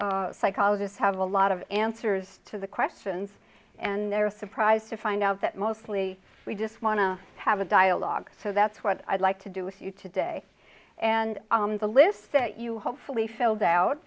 think psychologists have a lot of answers to the questions and they're surprised to find out that mostly we just want to have a dialogue so that's what i'd like to do with you today and the list that you hopefully filled out